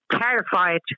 terrified